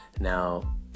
Now